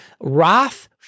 Roth